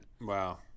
Wow